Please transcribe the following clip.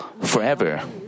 forever